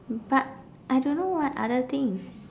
but I don't know what other things